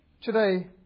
today